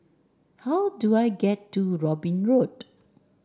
how do I get to Robin Road